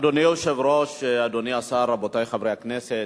אדוני היושב-ראש, אדוני השר, רבותי חברי הכנסת,